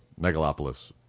Megalopolis